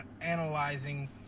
analyzing